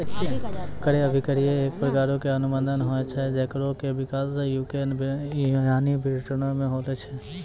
क्रय अभिक्रय एक प्रकारो के अनुबंध होय छै जेकरो कि विकास यू.के यानि ब्रिटेनो मे होलो छै